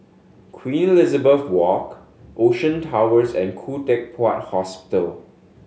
Queen Elizabeth Walk Ocean Towers and Khoo Teck Puat Hospital